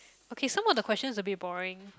okay some of the question is a bit boring